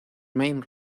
maine